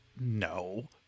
no